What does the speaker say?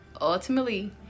Ultimately